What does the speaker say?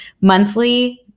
monthly